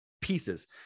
pieces